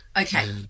Okay